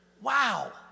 Wow